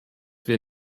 wir